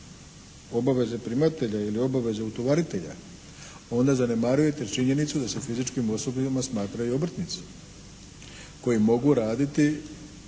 obaveze primatelja ili obaveze utovaritelja, onda zanemarujete činjenicu da su fizičkim osobama smatraju i obrtnici koji mogu raditi